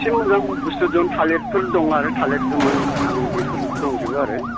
इसे मोजां बुस्थु दं थालिरफोर दं आरो थालिर गोमोन गोथां बेफोर दंजोबो आरो